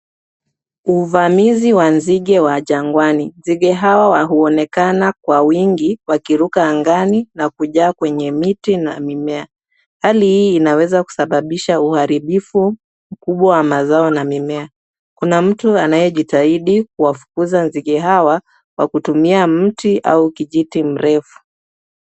Uvamizi wa nzige wa jangwani. Nzige hawa hauonekana kwa wingi wakiruka angani na kujaa kwenye miti na mimea. Hali hii inaweza kusababisha uharibifu kubwa wa mazao na mimea. Kuna mtu anayejitahidi kuwafukuza nzige hawa kwa kutumia mti au kijiti mrefu.